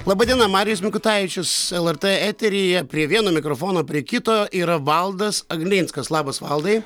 laba diena marijus mikutavičius lrt eteryje prie vieno mikrofono prie kito yra valdas aglinskas labas valdai